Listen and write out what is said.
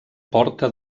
porta